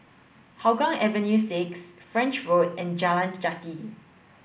Hougang Avenue six French Road and Jalan Jati